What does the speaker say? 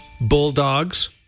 bulldogs